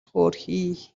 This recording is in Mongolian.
хөөрхий